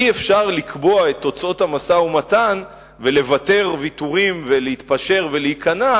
אי-אפשר לקבוע את תוצאות המשא-ומתן ולוותר ויתורים ולהתפשר ולהיכנע,